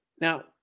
Now